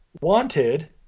Wanted